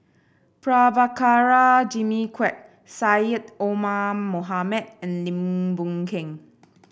Prabhakara Jimmy Quek Syed Omar Mohamed and Lim Boon Keng